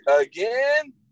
Again